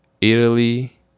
Italy